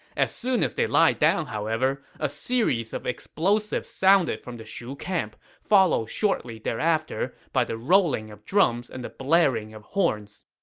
as soon as they lied down, however, a series of explosives sounded from the shu camp, followed shortly thereafter by the rolling of drums and the blaring of horns.